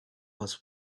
was